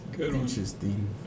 interesting